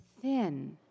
thin